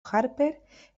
harper